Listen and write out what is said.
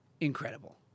incredible